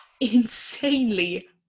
insanely